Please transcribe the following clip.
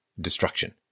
destruction